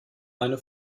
eine